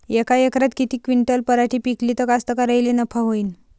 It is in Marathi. यका एकरात किती क्विंटल पराटी पिकली त कास्तकाराइले नफा होईन?